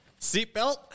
Seatbelt